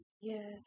Yes